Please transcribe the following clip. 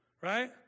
right